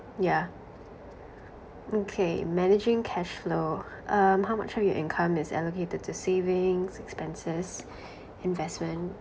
yeah okay managing cash flow um how much of your income is allocated to savings expenses investment